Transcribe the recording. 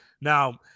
Now